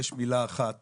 יש מילה אחת